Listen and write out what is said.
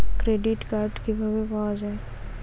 Credit card কিভাবে পাওয়া য়ায়?